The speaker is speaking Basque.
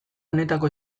honetako